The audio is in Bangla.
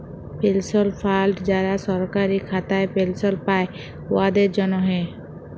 পেলশল ফাল্ড যারা সরকারি খাতায় পেলশল পায়, উয়াদের জ্যনহে